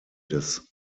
des